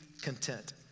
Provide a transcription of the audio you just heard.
content